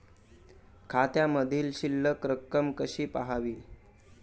खात्यामधील शिल्लक रक्कम कशी पहावी?